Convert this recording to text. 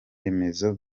remezo